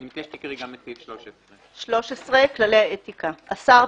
מציע שתקראי גם את סעיף 13. כללי אתיקה 13. השר,